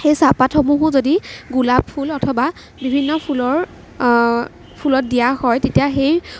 সেই চাহপাতসমূহো যদি গোলাপ ফুল অথবা বিভিন্ন ফুলৰ ফুলত দিয়া হয় তেতিয়া সেই